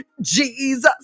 Jesus